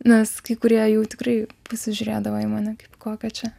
nes kai kurie jų tikrai pasižiūrėdavo į mane kokia čia